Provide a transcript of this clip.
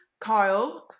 Kyle